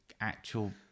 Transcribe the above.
actual